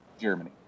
Germany